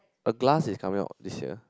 a glass is coming out this year